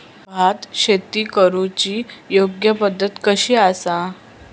भात शेती करुची योग्य पद्धत कशी आसा?